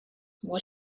what